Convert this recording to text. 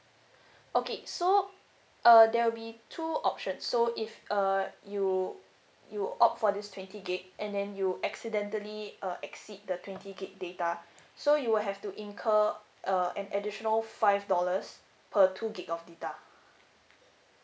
okay so uh there will be two options so if uh you you opt for this twenty gigabyte and then you accidentally uh exceed the twenty gigabyte data so you will have to incur uh an additional five dollars per two gigabyte of data